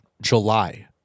July